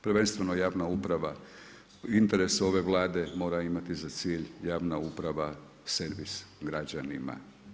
Prvenstveno javna uprava, interes ove Vlade mora imati za cilj javna uprava servis građanima.